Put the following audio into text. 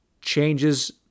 changes